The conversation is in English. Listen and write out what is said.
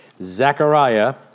Zechariah